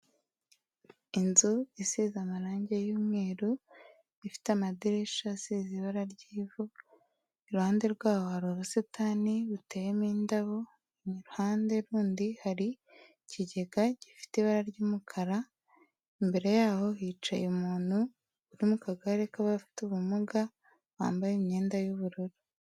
Inzu isize amarangi y'umweru, ifite amadirishya asize ibara ry'ivu, iruhande rwaho hari ubusitani buteyemo indabo, mu ruhande rundi hari ikigega gifite ibara ry'umukara, imbere yaho hicaye umuntu uri mu kagare k'abafite ubumuga, bambaye imyenda y'ubururu.